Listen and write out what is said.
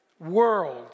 world